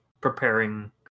preparing